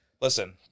Listen